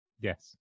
Yes